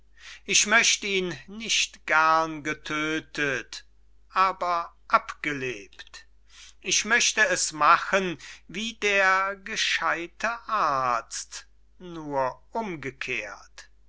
ich möchte ihn nicht gern getödtet aber abgelebt ich möchte es machen wie der gescheide arzt